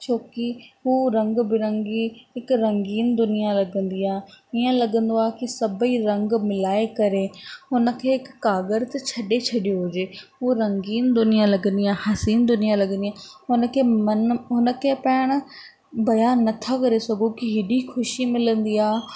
छो कि हू रंग बिरंगी हिकु रंगीन दुनिया लॻंदी आहे हीअं लॻंदो आहे कि सभेई रंग मिलाए करे हुनखे हिक क़ाॻर ते छॾे छॾियो हुजे हू रंगीन दुनिया लॻंदी आहे हसीन दुनिया लॻंदी आहे हुनखे मन हुनखे पाण बयान नथा करे सघूं कि हेॾी ख़ुशी मिलंदी आहे